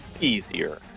easier